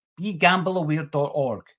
begambleaware.org